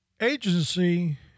agency